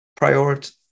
prioritize